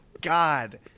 God